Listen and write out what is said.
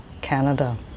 Canada